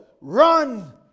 run